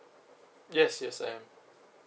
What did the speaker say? yes yes I am